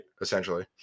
Essentially